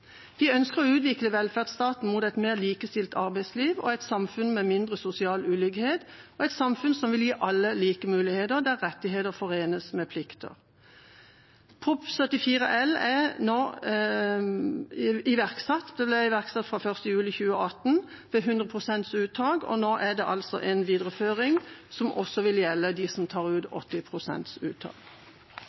Vi ønsker å utvikle velferdsstaten til et mer likestilt arbeidsliv, et samfunn med mindre sosial ulikhet og et samfunn som vil gi alle like muligheter, der rettigheter forenes med plikter. Prop. 74 L er nå iverksatt. Den ble iverksatt fra 1. juli 2018 ved 100 pst. uttak. Nå er det altså en videreføring, som også vil gjelde dem som tar ut